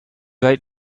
right